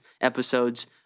episodes